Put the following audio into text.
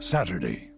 Saturday